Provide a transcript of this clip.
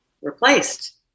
replaced